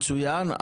מצוין,